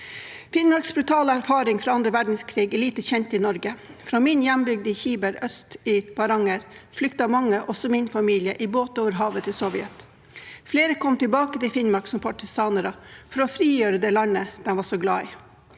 Finnmarks brutale erfaring fra andre verdenskrig er lite kjent i Norge. Fra min hjembygd Kiberg øst i Varanger flyktet mange, også min familie, i båt over havet til Sovjet. Flere kom tilbake til Finnmark som partisaner for å frigjøre det landet de var så glade i.